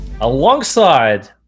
alongside